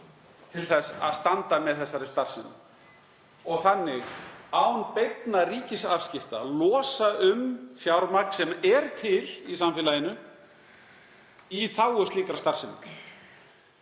til að standa með þessari starfsemi og þannig, án beinna ríkisafskipta, losa um fjármagn sem er til í samfélaginu í þágu slíkrar starfsemi.